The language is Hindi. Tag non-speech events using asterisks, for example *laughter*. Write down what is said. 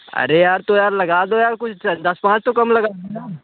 अरे यार तो यार लगा दो यार कुछ दस पाँच तो कम लगा *unintelligible*